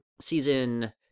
season